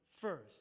first